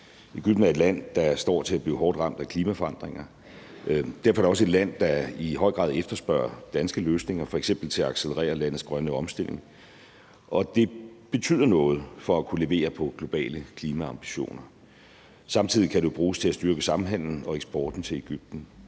Egypten er et land, der står til at blive hårdt ramt af klimaforandringer. Derfor er det også et land, der i høj grad efterspørger danske løsninger, f.eks. til at accelerere landets grønne omstilling, og det betyder noget for at kunne levere på globale klimaambitioner. Samtidig kan det bruges til at styrke samhandelen og eksporten til Egypten.